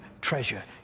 treasure